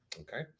Okay